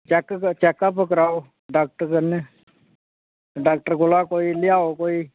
checkup checkup कराओ doctor कन्नै doctor कोला कोई लेयाओ कोई